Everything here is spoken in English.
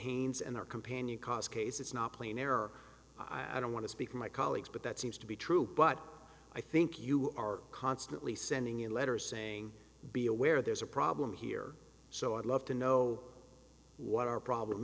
haines and our companion cos case it's not plain air or i don't want to speak for my colleagues but that seems to be true but i think you are constantly sending in letters saying be aware there's a problem here so i'd love to know what our problem